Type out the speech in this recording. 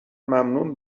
ممنون